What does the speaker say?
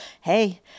Hey